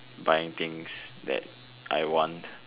buying things that I want